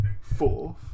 fourth